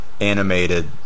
animated